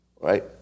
right